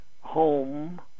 home